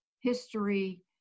history